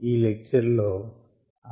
ఈ లెక్చర్ లో ఆ ప్రాబ్లమ్ సాల్వ్ చేద్దాము